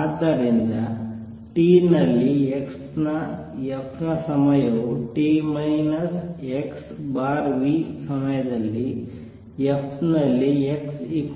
ಆದ್ದರಿಂದ t ನಲ್ಲಿ x ನ f ನ ಸಮಯವು t x v ಸಮಯದಲ್ಲಿ f ನಲ್ಲಿ x